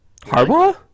harbaugh